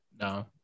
No